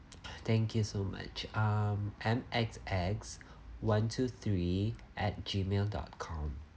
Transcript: thank you so much um N X X one two three at gmail dot com